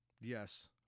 yes